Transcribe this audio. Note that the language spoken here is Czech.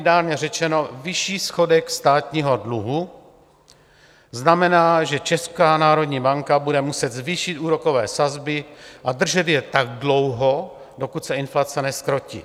Lapidárně řečeno, vyšší schodek státního dluhu znamená, že Česká národní banka bude muset zvýšit úrokové sazby a držet je tak dlouho, dokud se inflace nezkrotí.